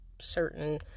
certain